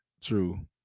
true